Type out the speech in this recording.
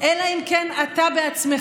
אלא אם כן אתה בעצמך,